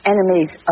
Enemies